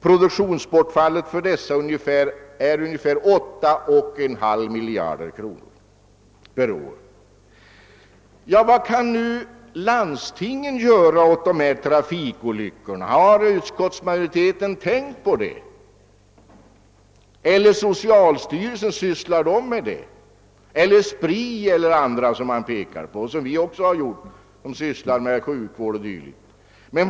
Produktionsbortfallet för detta är ungefär 8,5 miljarder kronor per år. Vad kan nu landstingen göra åt trafikolyckorna? Har = utskottsmajoriteten tänkt på det, eller sysslar socialstyrelsen med den frågan? Eller gör Spri eller någon annan det? Även den organisationen har nämnts i dessa sammanhang, och det har också vi som sysslar med sjukvård gjort.